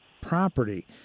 property